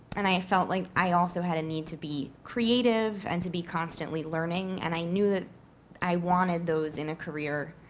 and i felt like i also had a need to be creative and to be constantly learning, and i knew i wanted those in a career.